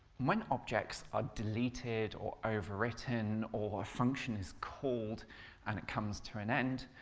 when objects are deleted or overwritten or a function is called and it comes to an end,